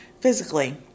physically